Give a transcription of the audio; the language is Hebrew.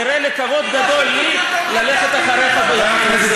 ואראה ככבוד גדול לי ללכת אחריך בעניין הזה.